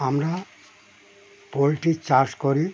আমরা পোলট্রি চাষ করি